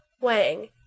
Wang